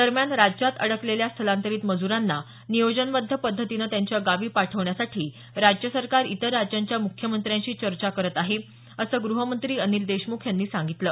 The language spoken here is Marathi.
दरम्यान राज्यात अडकलेल्या स्थलांतरित मजूरांना नियोजनबद्ध पद्धतीनं त्यांच्या गावी पाठवण्यासाठी राज्य सरकार इतर राज्यांच्या मुख्यमंत्र्यांशी चर्चा करत आहे असं ग्रहमंत्री अनिल देशमुख यांनी सांगितलं